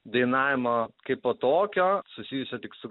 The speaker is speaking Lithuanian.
dainavimo kaipo tokio susijusio tik su